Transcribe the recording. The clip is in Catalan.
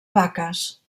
vaques